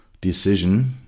decision